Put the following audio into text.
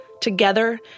Together